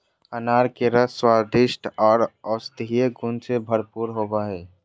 अनार के रस स्वादिष्ट आर औषधीय गुण से भरपूर होवई हई